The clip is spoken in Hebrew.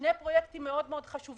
שני פרויקטים מאוד מאוד חשובים.